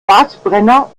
gasbrenner